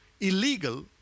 illegal